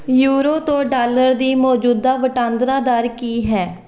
euro ਤੋਂ dollar ਦੀ ਮੌਜੂਦਾ ਵਟਾਂਦਰਾ ਦਰ ਕੀ ਹੈ